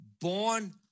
born